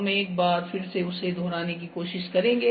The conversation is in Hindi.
हम एक बार फिर से उसे दोहराने की कोशिश करेंगे